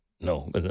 No